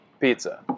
pizza